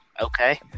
Okay